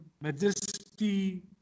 majesty